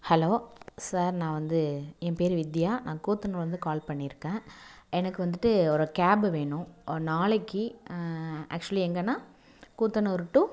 hello sir நான் வந்து என் பெயரு வித்யா நான் கூத்தனூரில் இருந்து கால் பண்ணியிருக்கேன் எனக்கு வந்துட்டு ஒரு கேபு வேணும் நாளைக்கு ஆக்சுவலி எங்கன்னா கூத்தனூர் டு